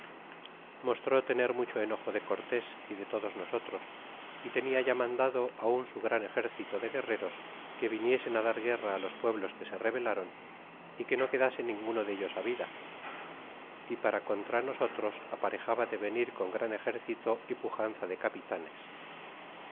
mostró tener mucho enojo de cortés y de todos nosotros y tenia ya mandado un su gran exército de guerreros que viniesen dar guerra ti los pueblos que se le rebelaron y que no quedase ninguno dellos vida é para contra nosotros aparejaba de venir con gran exército y pujanza de capitanes